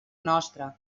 nostra